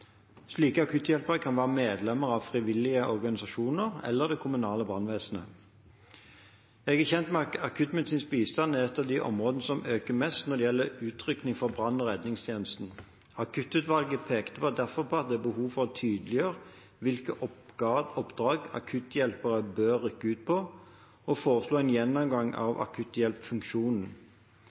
Slike akutthjelpere kan være medlemmer av frivillige organisasjoner eller det kommunale brannvesenet. Jeg er kjent med at akuttmedisinsk bistand er et av de områdene som øker mest når det gjelder utrykning for brann- og redningstjenesten. Akuttutvalget pekte derfor på at det er behov for å tydeliggjøre hvilke oppdrag akutthjelpere bør rykke ut på, og foreslo en gjennomgang av